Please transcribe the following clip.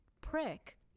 prick